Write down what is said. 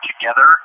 together